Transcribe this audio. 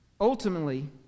ultimately